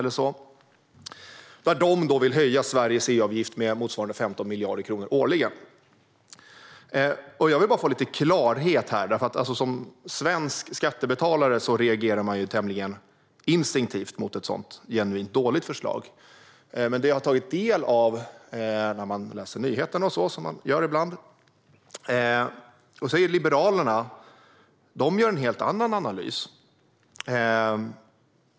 Kommissionen vill höja Sveriges EU-avgift med motsvarande 15 miljarder kronor årligen. Jag vill gärna få lite klarhet. Som svensk skattebetalare reagerar man instinktivt mot ett sådant genuint dåligt förslag. Men när jag har tagit del av nyheterna, som man ibland läser, framgår det att Liberalerna gör en helt annan analys.